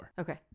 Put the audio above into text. Okay